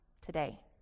today